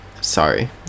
sorry